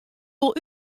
wol